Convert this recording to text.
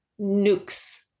nukes